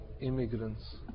immigrants